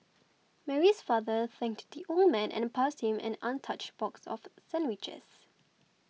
Mary's father thanked the old man and passed him an untouched box of sandwiches